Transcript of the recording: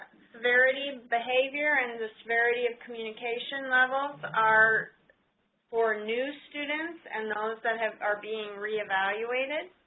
severity behavior and disparity of communication levels are for new students and those that have are being reevaluated